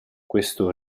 questo